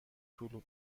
طول